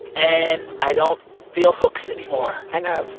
and i don't feel hooks anymore i know.